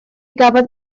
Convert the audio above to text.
gafodd